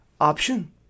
option